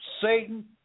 Satan